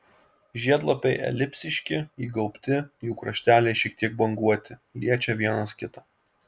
žiedlapiai elipsiški įgaubti jų krašteliai šiek tiek banguoti liečia vienas kitą